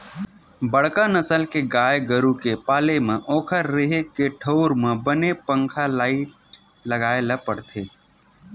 बड़का नसल के गाय गरू के पाले म ओखर रेहे के ठउर म बने पंखा, लाईट लगाए ल परथे